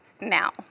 now